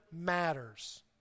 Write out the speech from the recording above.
matters